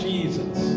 Jesus